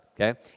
okay